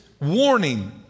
warning